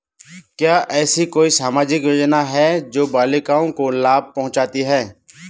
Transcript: क्या ऐसी कोई सामाजिक योजनाएँ हैं जो बालिकाओं को लाभ पहुँचाती हैं?